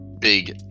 big